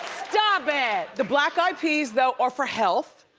stop it. the black eyed peas, though, are for health.